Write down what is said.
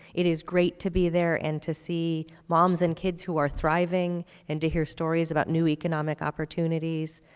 it is great to be there and to see moms and kids who are thriving and to hear stories about new economic opportunities.